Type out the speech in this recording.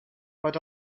but